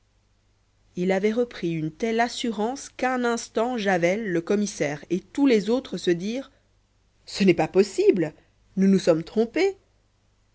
il avait repris une telle assurance qu'un instant javel le commissaire et tous les autres se dirent ce n'est pas possible nous nous sommes trompés